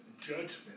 judgment